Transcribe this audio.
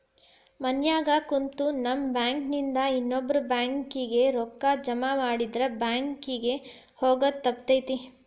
ಮನ್ಯಾಗ ಕುಂತು ನಮ್ ಬ್ಯಾಂಕ್ ನಿಂದಾ ಇನ್ನೊಬ್ಬ್ರ ಬ್ಯಾಂಕ್ ಕಿಗೆ ರೂಕ್ಕಾ ಜಮಾಮಾಡಿದ್ರ ಬ್ಯಾಂಕ್ ಕಿಗೆ ಹೊಗೊದ್ ತಪ್ತೆತಿ